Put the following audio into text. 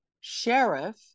sheriff